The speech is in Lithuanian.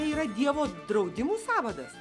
yra dievo draudimų sąvadas